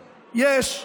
יש,